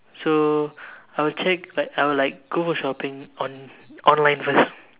so I will check like I will like go for shopping on online first